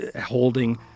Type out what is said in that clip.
holding